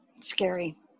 Scary